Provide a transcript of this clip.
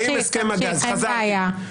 תמשיך, אין בעיה.